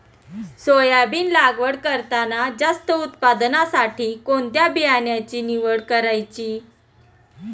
Soybean लागवड करताना जास्त उत्पादनासाठी कोणत्या बियाण्याची निवड करायची?